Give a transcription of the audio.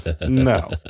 no